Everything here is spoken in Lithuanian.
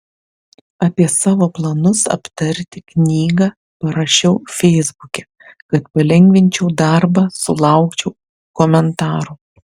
apie savo planus aptarti knygą parašiau feisbuke kad palengvinčiau darbą sulaukčiau komentarų